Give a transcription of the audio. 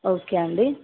okay అండి